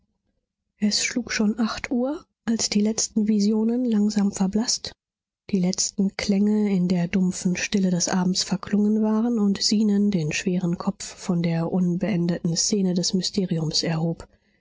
es schlug schon acht uhr als die letzten visionen langsam verblaßt die letzten klänge in der dumpfen stille des abends verklungen waren und zenon den schweren kopf von der unbeendeten szene des mysteriums erhob